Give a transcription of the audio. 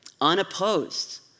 unopposed